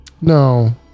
No